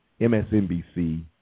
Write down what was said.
MSNBC